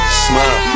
smile